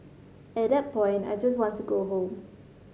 at that point I just want to go home